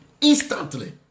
Instantly